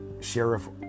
Sheriff